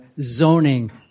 zoning